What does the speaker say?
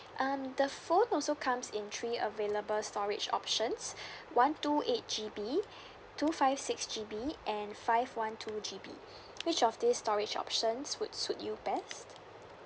um the phone also comes in three available storage options one two eight G_B two five six G_B and five one two G_B which of this storage options would suit you best